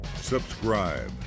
subscribe